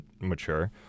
mature